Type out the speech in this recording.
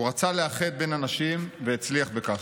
הוא רצה לאחד בין אנשים והצליח בכך.